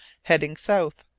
heading south.